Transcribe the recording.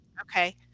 Okay